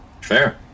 Fair